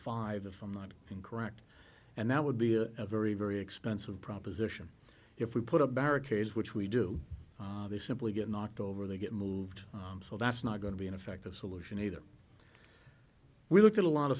five of them not in correct and that would be a very very expensive proposition if we put up barricades which we do they simply get knocked over they get moved so that's not going to be an effective solution either we look at a lot of